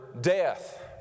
death